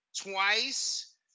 twice